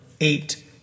eight